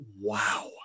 wow